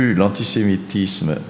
l'antisémitisme